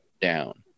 down